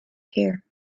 care